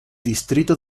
distrito